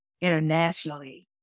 internationally